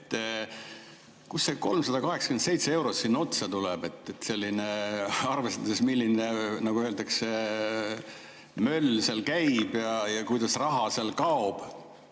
Kust see 387 eurot sinna otsa tuleb, arvestades, milline, nagu öeldakse, möll seal käib ja kuidas raha seal kaob?